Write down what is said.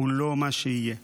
הוא לא מה שיהיה.